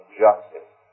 justice